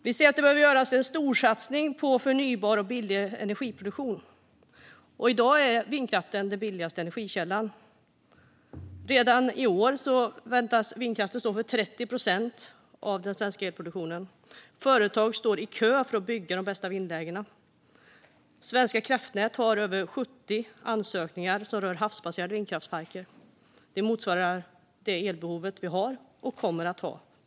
Vi ser att det behöver göras en storsatsning på förnybar och billig energiproduktion, och i dag är vindkraften den billigaste energikällan. Redan i år väntas vindkraften stå för 30 procent av den svenska elproduktionen, och företag står i kö för att bygga i de bästa vindlägena. Hos Svenska kraftnät finns över 70 ansökningar om havsbaserade vindkraftsparker, vilket med råge motsvarar det elbehov vi har och kommer att ha.